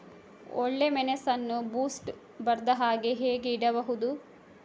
ಒಳ್ಳೆಮೆಣಸನ್ನು ಬೂಸ್ಟ್ ಬರ್ದಹಾಗೆ ಹೇಗೆ ಇಡಬಹುದು?